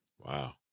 Wow